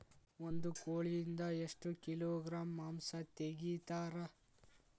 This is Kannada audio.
ಒಂದು ಕೋಳಿಯಿಂದ ಎಷ್ಟು ಕಿಲೋಗ್ರಾಂ ಮಾಂಸ ತೆಗಿತಾರ?